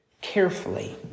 carefully